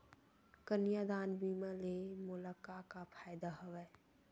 कन्यादान बीमा ले मोला का का फ़ायदा हवय?